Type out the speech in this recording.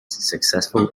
successful